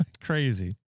Crazy